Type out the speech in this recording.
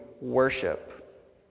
worship